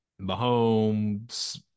Mahomes